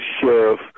sheriff